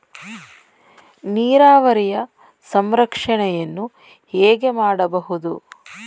ನೀರಾವರಿಯ ಸಂರಕ್ಷಣೆಯನ್ನು ಹೇಗೆ ಮಾಡಬಹುದು?